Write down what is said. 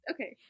Okay